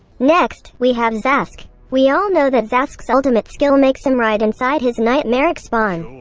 next, we have zhask. we all know that zhask's ultimate skill makes him ride inside his nightmaric spawn.